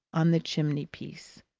on the chimney-piece.